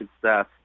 success